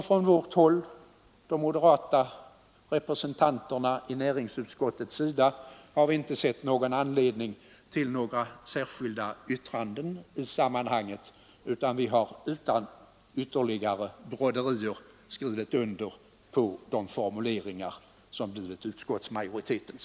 Från de moderata representanternas i näringsutskottet sida har vi inte funnit anledning till några särskilda yttranden i sammanhanget. Vi har utan ytterligare broderier skrivit under på de formuleringar som blivit utskottsmajoritetens.